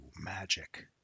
magic